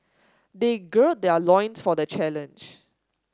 they gird their loins for the challenge